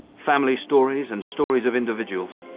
family stories and stories of individuals.